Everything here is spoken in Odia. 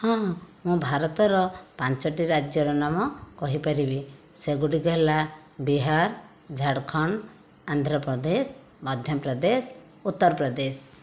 ହଁ ମୁଁ ଭାରତ ପାଞ୍ଚୋଟି ରାଜ୍ୟର ନାମ କହିପାରିବି ସେଗୁଡ଼ିକ ହେଲା ବିହାର ଝାଡ଼ଖଣ୍ଡ ଆନ୍ଧ୍ରପ୍ରଦେଶ ମଧ୍ୟପ୍ରଦେଶ ଉତ୍ତରପ୍ରଦେଶ